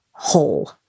whole